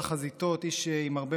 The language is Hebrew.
איש עם הרבה מאוד זכויות.